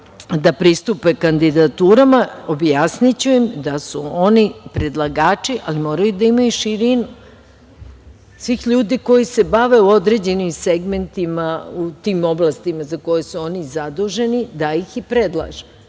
da pristupe kandidaturama, objasniću im da su oni predlagači, ali moraju da imaju širinu, svih ljudi koji se bave u određenim segmentima, u tim oblastima za koje su oni zaduženi, da ih i predlažu,